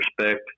respect